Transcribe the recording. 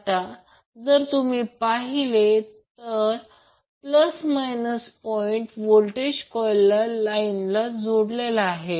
आता जर तुम्ही पाहिले तर प्लस मायनस पॉइंट व्होल्टेज कॉर्ईलचा लाईनला जोडलेला आहे